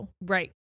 Right